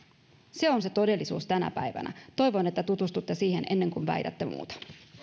se on se todellisuus tänä päivänä toivon että tutustutte siihen ennen kuin väitätte muuta